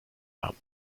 haben